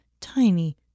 tiny